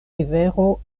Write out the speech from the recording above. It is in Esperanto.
rivero